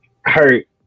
hurt